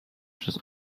przez